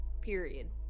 period